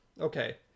okay